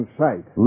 sight